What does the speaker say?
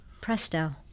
Presto